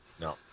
no